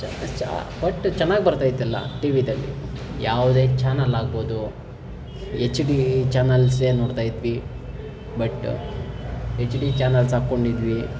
ಚ ಬಟ್ ಚೆನ್ನಾಗಿ ಬರ್ತಾ ಇತ್ತೆಲ್ಲ ಟಿ ವಿದಲ್ಲಿ ಯಾವುದೇ ಚಾನೆಲ್ ಆಗ್ಬೋದು ಎಚ್ ಡಿ ಚಾನೆಲ್ಸೇ ನೋಡ್ತಾ ಇದ್ವಿ ಬಟ್ ಎಚ್ ಡಿ ಚಾನೆಲ್ಸ್ ಹಾಕೊಂಡಿದ್ವಿ